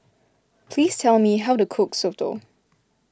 please tell me how to cook Soto